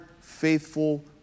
faithful